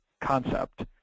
concept